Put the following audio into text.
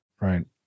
right